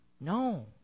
No